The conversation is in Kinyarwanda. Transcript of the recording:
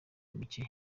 mike